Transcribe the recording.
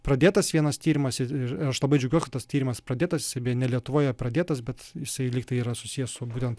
pradėtas vienas tyrimas ir aš labai džiaugiuosi kad tas tyrimas pradėtas jis ne lietuvoje pradėtas bet jisai lyg tai yra susiję su būtent